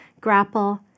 grapple